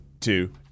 two